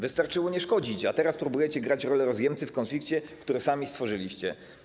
Wystarczyło nie szkodzić, a teraz próbujecie grać rolę rozjemcy w konflikcie, który sami stworzyliście.